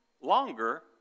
longer